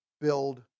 build